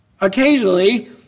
Occasionally